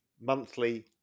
monthly